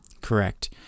Correct